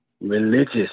religious